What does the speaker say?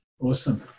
Awesome